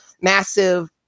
massive